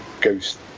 ghost